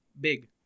Big